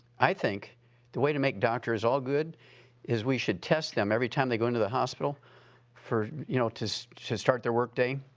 i think the way to make doctors all good is, we should test them every time they go into the hospital for, you know, to start their workday.